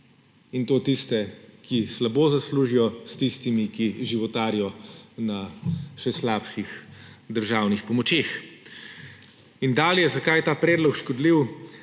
in to tiste, ki slabo zaslužijo, s tistimi, ki životarijo na še slabših državnih pomočeh. Dalje. Zakaj je ta predlog škodljiv?